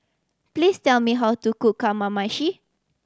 please tell me how to cook Kamameshi